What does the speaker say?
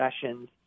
sessions